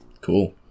cool